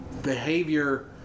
Behavior